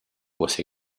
was